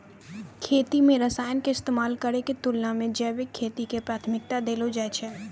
खेती मे रसायन के इस्तेमाल करै के तुलना मे जैविक खेती के प्राथमिकता देलो जाय छै